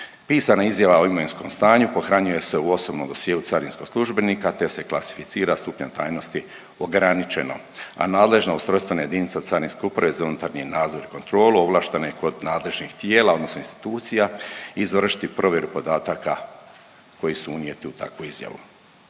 Pisana izjava o imovinskom stanju pohranjuje se u osobnom dosjeu carinskog službenika te se klasificira stupnjem tajnosti „ograničeno“, a nadležna ustrojstvena jedinica Carinske uprave za unutarnji nadzor i kontrolu ovlaštena je kod nadležnih tijela odnosno institucija izvršiti provjeru podataka koji su unijeti u takvu izjavu.